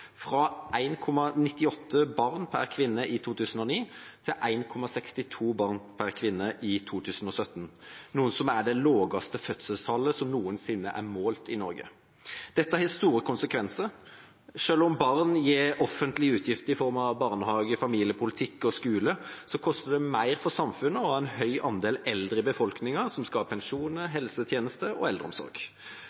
barn per kvinne i 2009 til 1,62 barn per kvinne i 2017, noe som er det laveste fødselstallet som noensinne er målt i Norge. Dette har store konsekvenser. Selv om barn gir det offentlige utgifter i form av barnehage, familiepolitikk og skole, koster det mer for samfunnet å ha en høy andel eldre i befolkningen som skal ha pensjoner,